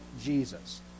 Jesus